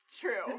true